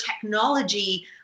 technology